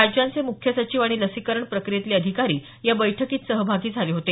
राज्यांचे मुख्य सचिव आणि लसीकरण प्रक्रीयेतले अधिकारी या बैठकीत सहभागी झाले होते